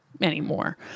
anymore